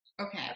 Okay